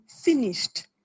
finished